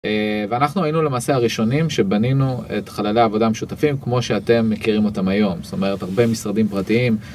ואנחנו היינו למעשה הראשונים שבנינו את חללי עבודה משותפים כמו שאתם מכירים אותם היום זאת אומרת הרבה משרדים פרטיים.